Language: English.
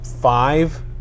five